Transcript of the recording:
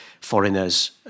foreigners